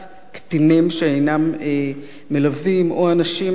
קטינים שאינם מלווים או אנשים העשויים